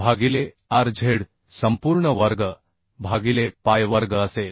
भागिले Rz संपूर्ण वर्ग भागिले pi वर्ग असेल